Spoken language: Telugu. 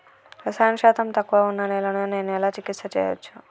రసాయన శాతం తక్కువ ఉన్న నేలను నేను ఎలా చికిత్స చేయచ్చు?